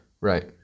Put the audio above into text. right